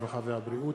הרווחה והבריאות.